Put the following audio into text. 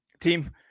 team